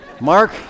Mark